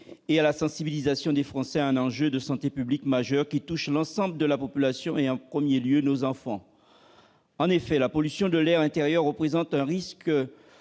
et à la sensibilisation des Français à un enjeu majeur de santé publique qui touche l'ensemble de la population, en premier lieu nos enfants. En effet, la pollution de l'air intérieur représente un risque